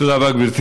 תודה רבה לגברתי.